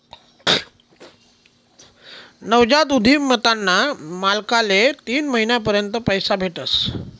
नवजात उधिमताना मालकले तीन महिना पर्यंत पैसा भेटस